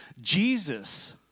Jesus